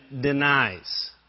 denies